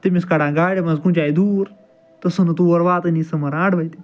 تٔمِس کڑان گاڑِ منٛز کُنہِ جایہِ دوٗر تہٕ سُہ نہٕ تور واتٲنی سُہ مران اَڈٕوَتہِ